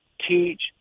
teach